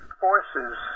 forces